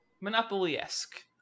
Monopoly-esque